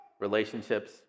relationships